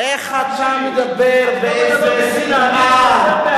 איך אתה מדבר, באיזה שנאה, אני לא מדבר בשנאה.